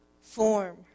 form